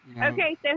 Okay